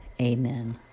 amen